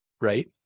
right